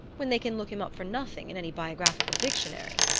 when they can look him up for nothing in any biographical dictionary.